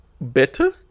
better